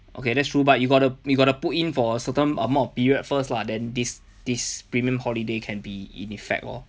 okay that's true but you gotta you gotta put in for a certain amount of period first lah then this this premium holiday can be in effect lor